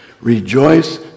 Rejoice